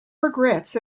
regrets